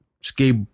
skate